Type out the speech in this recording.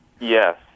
Yes